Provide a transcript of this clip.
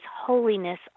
holiness